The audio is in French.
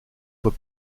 voie